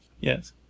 Yes